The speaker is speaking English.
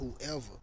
whoever